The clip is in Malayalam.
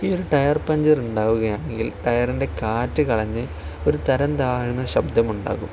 ഈ ഒരു ടയർ പഞ്ചർ ഉണ്ടാവുകയാണെങ്കിൽ ടയറിൻ്റെ കാറ്റ് കളഞ്ഞ് ഒരു തരം താഴ്ന്ന ശബ്ദമുണ്ടാകും